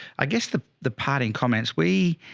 i guess the the parting comments. we,